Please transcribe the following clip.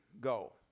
go